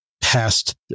past